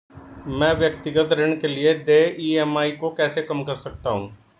मैं व्यक्तिगत ऋण के लिए देय ई.एम.आई को कैसे कम कर सकता हूँ?